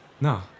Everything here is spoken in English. No